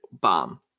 bomb